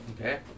Okay